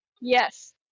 Yes